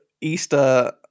Easter